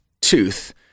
tooth